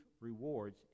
rewards